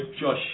Josh